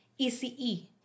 ECE